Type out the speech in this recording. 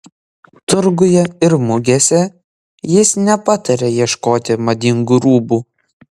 turguje ir mugėse jis nepataria ieškoti madingų rūbų